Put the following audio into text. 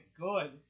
good